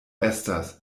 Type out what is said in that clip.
estas